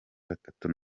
batatu